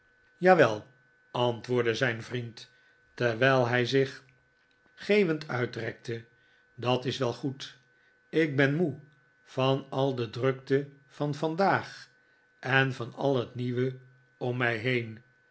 jawel antwoordde zijn vriend terwijl hij zich geeuwend uitrekte dat is wel goed ik ben moe van al de drukte van vandaag en van al het nieuwe om mij heen